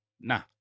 Nah